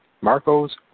Marco's